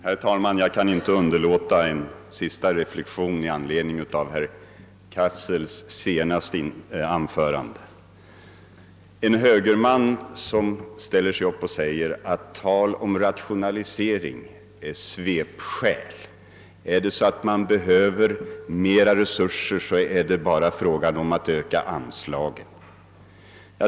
Herr talman! Jag kan inte underlåta att göra en sista reflexion i anledning av herr Cassels senaste anförande. Det är märkligt att en högerman ställer sig upp och säger, att talet om rationalisering är ett svepskäl; behöver man större resurser, är det bara att öka anslaget.